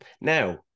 Now